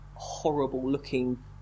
Horrible-looking